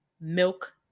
milk